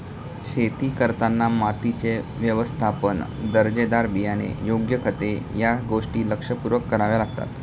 शेती करताना मातीचे व्यवस्थापन, दर्जेदार बियाणे, योग्य खते या गोष्टी लक्षपूर्वक कराव्या लागतात